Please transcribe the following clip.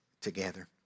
together